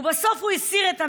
ובסוף הוא הסיר את המעיל.